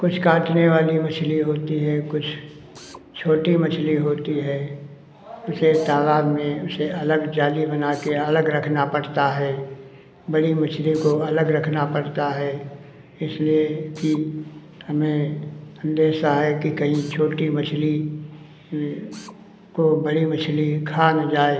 कुछ काटने वाली मछली होती हैं कुछ छोटी मछली होती है इसलिए तालाब में उसे अलग जाली बना के या अलग रखना पड़ता है बड़ी मछली को अलग रखना पड़ता है इसलिए कि हमें अंदेशा है कि कहीं छोटी मछली ये को बड़ी मछली खा न जाए